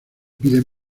pide